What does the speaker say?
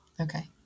Okay